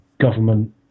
government